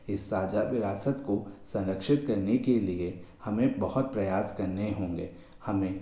इस साझा विरासत को संरक्षित करने के लिए हमें बहुत प्रयास करने होंगे हमें